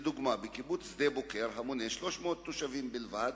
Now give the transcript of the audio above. לדוגמה: בקיבוץ שדה-בוקר, המונה 360 תושבים בלבד,